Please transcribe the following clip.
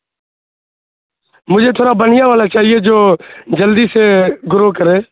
مجھے تھوڑا بڑھیا والا چاہیے جو جلدی سے گرو کرے